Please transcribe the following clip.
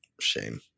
Shame